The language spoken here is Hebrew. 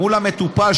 מול המטופל,